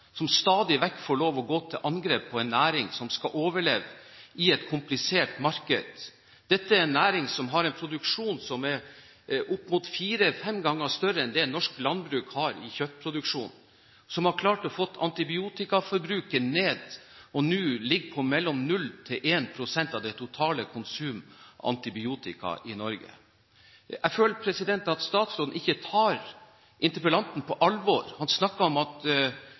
som stadig vekk får lov til å gå til angrep på en næring som skal overleve i et komplisert marked. Dette er en næring som har en produksjon som er opp mot fire til fem ganger større enn det norsk landbruk har i kjøttproduksjon, som har klart å få antibiotikaforbruket ned og nå ligger på mellom 0 og 1 pst. av det totale konsumet av antibiotika i Norge. Jeg føler at statsråden ikke tar interpellanten på alvor. Han snakker om at